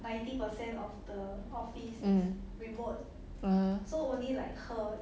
mm